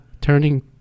turning